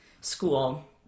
school